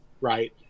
Right